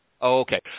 Okay